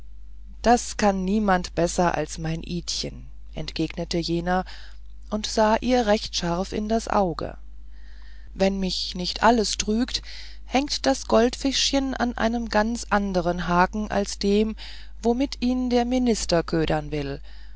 reißen das kann niemand besser als mein idchen entgegnete jener und sah ihr recht scharf in das auge wenn mich nicht alles trügt hängt das goldfischchen an einem ganz anderen haken als dem womit ihn der minister ködern will